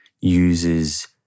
uses